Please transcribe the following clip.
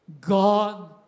God